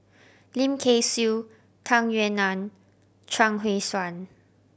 Lim Kay Siu Tung Yue Nang Chuang Hui Tsuan